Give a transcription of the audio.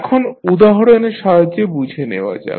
এখন উদাহরণের সাহায্যে বুঝে নেওয়া যাক